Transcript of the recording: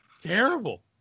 terrible